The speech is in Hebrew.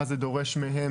מה זה דורש מהם,